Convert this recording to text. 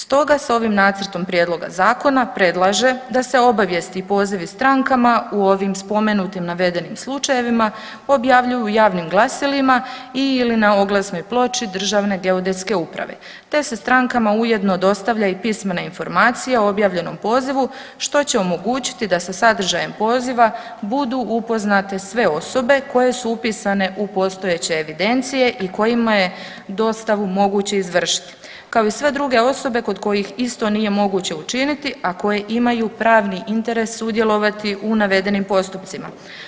Stoga se ovim nacrtom prijedloga zakona predlaže da se obavijesti i pozivi strankama u ovim spomenutim navedenim slučajevima objavljuju u javnim glasilima i/ili na oglasnoj ploči DGU-a, te se strankama ujedno dostavlja i pismena informacija o objavljenom pozivu, što će omogućiti da sa sadržajem poziva budu upoznate sve osobe koje su upisane u postojeće evidencije i kojima je dostavu moguće izvršiti, kao i sve druge osobe kod kojih isto nije moguće učiniti, a koje imaju pravi interes sudjelovati u navedenim postupcima.